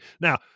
Now